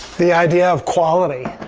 the idea of quality.